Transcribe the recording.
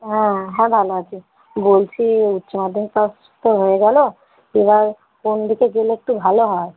হ্যাঁ হ্যাঁ ভালো আছি বলছি এই চাঁদের কাজটা তো হয়ে গেলো এবার কোন দিকে গেলে একটু ভালো হয়